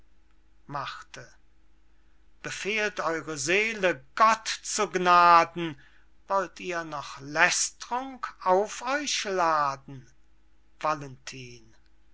vermaledeyt befehlt eure seele gott zu gnaden wollt ihr noch lästrung auf euch laden